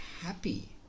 happy